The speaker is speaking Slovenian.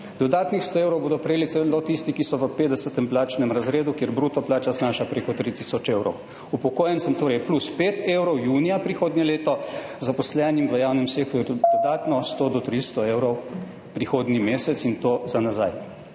Dodatnih 100 evrov bodo prejeli celo tisti, ki so v petdesetem plačnem razredu, kjer bruto plača znaša preko 3 tisoč evrov. Upokojencem torej plus 5 evrov junija prihodnje leto, zaposlenim v javnem sektorju dodatno 100 do 300 evrov prihodnji mesec, in to za nazaj.